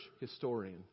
historian